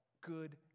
good